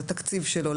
לתקציב שלו,